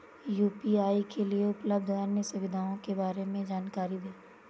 UPI के लिए उपलब्ध अन्य सुविधाओं के बारे में जानकारी दें?